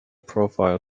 profile